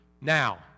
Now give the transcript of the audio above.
now